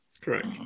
Correct